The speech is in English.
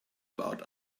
about